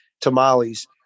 Tamales